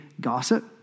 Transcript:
gossip